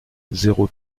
zéro